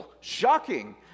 shocking